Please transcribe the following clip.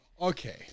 Okay